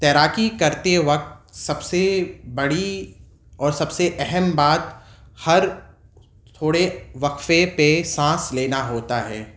تیراکی کرتے وقت سب سے بڑی اور سب سے اہم بات ہر تھوڑے وقفے پہ سانس لینا ہوتا ہے